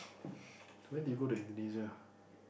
when did you go to Indonesia